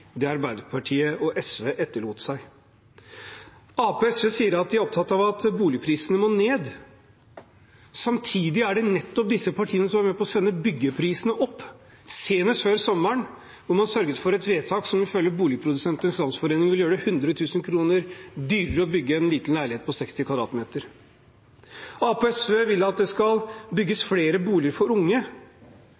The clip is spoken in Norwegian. det Arbeiderpartiet og SV etterlot seg. Arbeiderpartiet og SV sier at de er opptatt av at boligprisene må ned, samtidig er det nettopp disse partiene som er med på å sende byggeprisene opp – senest før sommeren, da man sørget for et vedtak som ifølge Boligprodusentenes Forening ville gjøre det 100 000 kr dyrere å bygge en liten leilighet på 60 m2. Arbeiderpartiet og SV vil at det skal bygges